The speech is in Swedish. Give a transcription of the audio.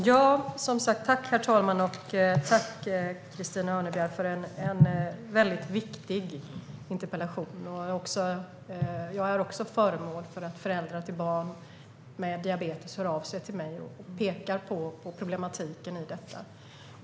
Herr talman! Tack, Christina Örnebjär, för en mycket viktig interpellation! Föräldrar till barn med diabetes hör av sig även till mig och pekar på problematiken i detta.